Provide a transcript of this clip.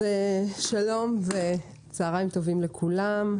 שלום וצהריים טובים לכולם,